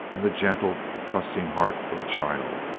and the gentle, trusting heart of a child.